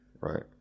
right